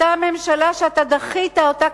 אותה ממשלה שאתה דחית אותה,